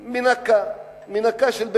מנקה, מנקה של בית-מלון,